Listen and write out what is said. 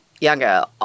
Younger